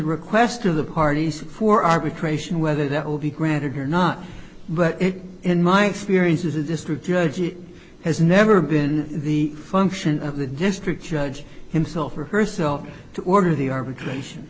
request of the parties for arbitration whether that will be granted or not but in my experience is a district judge it has never been the function of the district judge himself or herself to order the arbitration